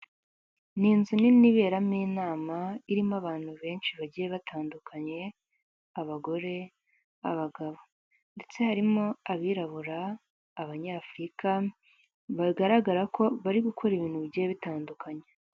Ni inzu nini iberamo inama irimo abantu benshi bagiye batandukanye ,abagore ,abagabo ndetse harimo abirabura, abanyafurika bagaragara ko bari gukora ibintu bigiye bitandukanye.